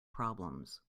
problems